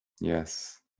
Yes